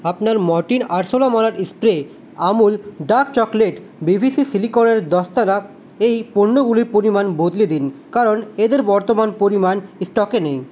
আপনার মর্টিন আরশোলা মারার spray Amul dark chocolate B V C সিলিকনের দস্তানা এই পণ্যগুলির পরিমাণ বদলে দিন কারণ এদের বর্তমান পরিমাণ স্টকে নেই